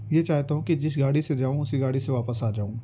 یہ چاہتا ہوں کہ جس گاڑی سے جاؤں اسی گاڑی سے واپس آ جاؤں